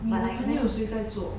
你的朋友谁在做